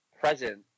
present